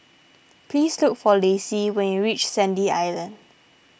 please look for Lacey when you reach Sandy Island